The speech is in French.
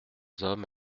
homme